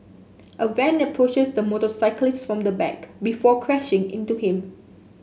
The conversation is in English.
a van approaches the motorcyclist from the back before crashing into him